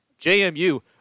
JMU